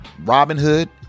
Robinhood